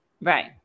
right